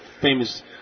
famous